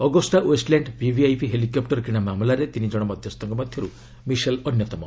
Agusta Westland VVIP helicopter କିଣା ମାମଲାରେ ତିନି ଜଣ ମଧ୍ୟସ୍ଥଙ୍କ ମଧ୍ୟରୁ ମିସେଲ ଅନ୍ୟତମ